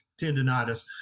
tendonitis